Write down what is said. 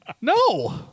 No